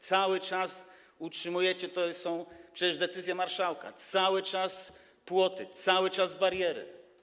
Cały czas utrzymujecie, to są przecież decyzje marszałka, cały czas są płoty, bariery.